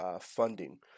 funding